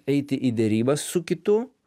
eiti į derybas su kitu